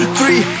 three